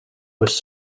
was